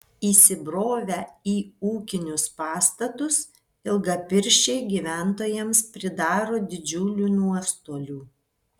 įsibrovę į ūkinius pastatus ilgapirščiai gyventojams pridaro didžiulių nuostolių